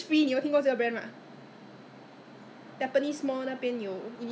serious but then your your the pores ah the pores also will get clogged right